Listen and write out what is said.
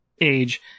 age